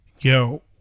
yo